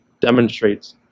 demonstrates